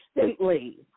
constantly